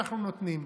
אנחנו נותנים,